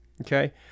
Okay